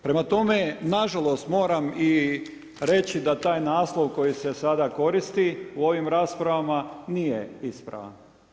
Prema tome, na žalost moram reći da taj naslov koji se sada koristi u ovim raspravama nije ispravan.